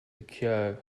occurs